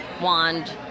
wand